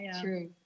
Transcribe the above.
True